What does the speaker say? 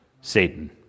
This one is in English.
Satan